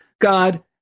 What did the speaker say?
God